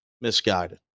misguided